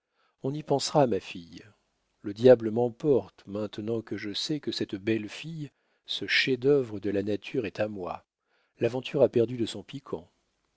on y pensera ma fille le diable m'emporte maintenant que je sais que cette belle fille ce chef-d'œuvre de la nature est à moi l'aventure a perdu de son piquant